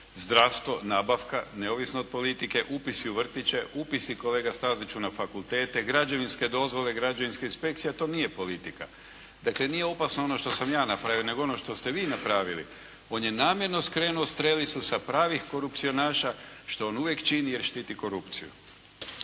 Zdravstvo, nabavka neovisna od politike. Upisi u vrtiće, upisi kolega Staziću na fakultete, građevinske dozvole, građevinska inspekcija, to nije politika. Dakle, nije opasno ono što sam ja napravio, nego ono što ste vi napravili. On je namjerno skrenuo strelicu sa pravih korupcionaša što on uvijek čini, jer štiti korupciju.